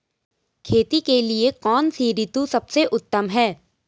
खेती के लिए कौन सी ऋतु सबसे उत्तम है?